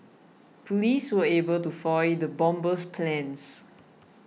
police were able to foil the bomber's plans